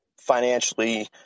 financially